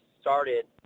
started